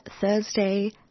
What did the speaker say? Thursday